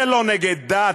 זה לא נגד דת,